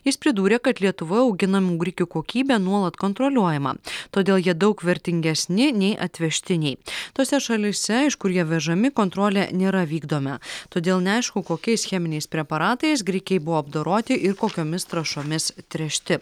jis pridūrė kad lietuvoj auginamų grikių kokybė nuolat kontroliuojama todėl jie daug vertingesni nei atvežtiniai tose šalyse iš kur jie vežami kontrolė nėra vykdoma todėl neaišku kokiais cheminiais preparatais grikiai buvo apdoroti ir kokiomis trąšomis tręšti